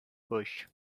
bush